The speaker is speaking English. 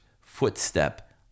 footstep